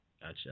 Gotcha